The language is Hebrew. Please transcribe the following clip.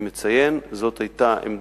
אני מציין, זאת היתה עמדתנו